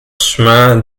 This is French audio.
chemin